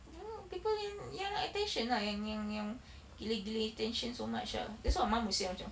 mm people yang yang nak attention lah yang yang yang gila gila attention so much ah that's what mum was saying macam